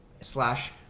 Slash